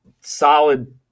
solid